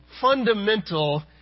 fundamental